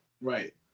Right